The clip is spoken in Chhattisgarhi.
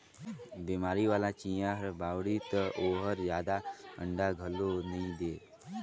बेमारी वाला चिंया हर बाड़ही त ओहर जादा अंडा घलो नई दे